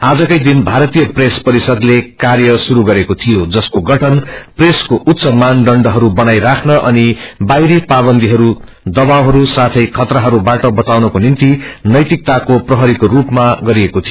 आजकै दिन भारतीय प्रेस परिष्दले कार्य श्रुरू गरेको थियो जसको गठन प्रेसको उच्च मानदण्डहरू बनाई राख्न अनि बाहिरी पावन्दीहरू दवाबहरू साथै खतराहरूबाट वचाउनको निम्ति नैतिकताको प्रहरीको रूपमा गरिएको थियो